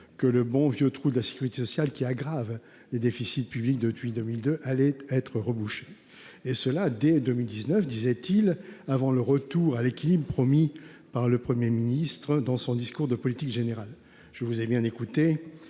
que le bon vieux trou de la sécurité sociale, qui aggrave les déficits publics depuis 2002, allait être rebouché. Et cela, dès 2019, disait-il, avant le retour à l'équilibre promis par le Premier ministre dans son discours de politique générale. Je vous ai bien écoutée